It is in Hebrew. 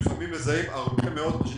יש כל הזמן